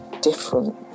different